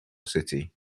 city